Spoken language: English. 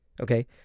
okay